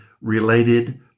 related